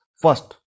First